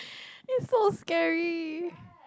is so scary